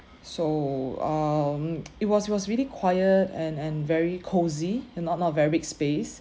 so um it was was really quiet and and very cosy not not a very big space